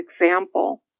example